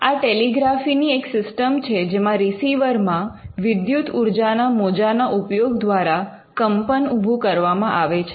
આ ટેલિગ્રાફી ની એક સિસ્ટમ છે જેમા રીસીવરમાં વિદ્યુત ઉર્જાના મોજાના ઉપયોગ દ્વારા કંપન ઉભુ કરવામાં આવે છે